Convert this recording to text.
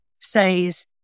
says